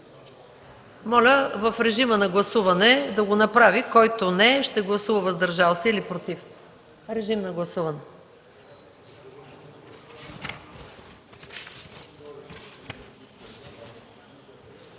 моля в режима на гласуване да го направи – който не, ще гласува „въздържал се” или „против”. Режим на гласуване.